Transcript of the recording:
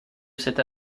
cette